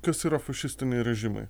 kas yra fašistiniai režimai